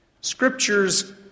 Scriptures